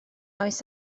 oes